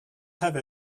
have